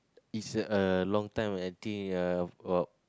is a long time I think uh about